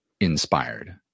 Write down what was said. inspired